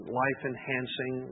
life-enhancing